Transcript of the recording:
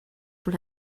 por